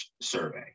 survey